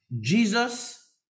Jesus